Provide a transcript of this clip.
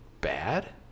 bad